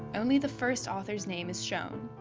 only the first author's name is shown.